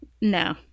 No